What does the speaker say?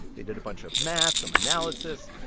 they did a bunch of math, some analysis.